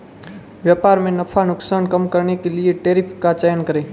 व्यापार में नफा नुकसान कम करने के लिए कर टैरिफ का चयन करे